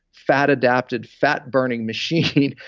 fat-adapted, fat-burning machine,